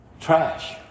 trash